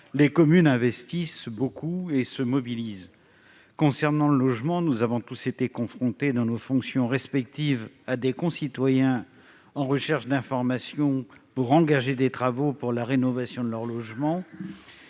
les communes investissent beaucoup et se mobilisent. Concernant le logement, nous avons tous été confrontés dans nos fonctions respectives à des concitoyens en recherche d'informations pour engager des travaux de rénovation de leur logement.